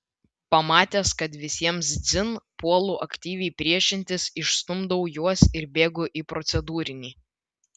pamatęs kad visiems dzin puolu aktyviai priešintis išstumdau juos ir bėgu į procedūrinį